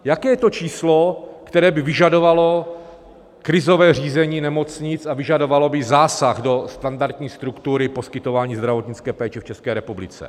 Jaké je to číslo, které by vyžadovalo krizové řízení nemocnic a vyžadovalo by zásah do standardní struktury poskytování zdravotnické péče v České republice?